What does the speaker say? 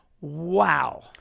Wow